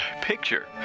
picture